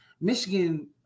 Michigan